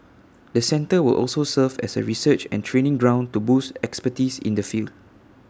the centre will also serve as A research and training ground to boost expertise in the field